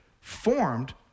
formed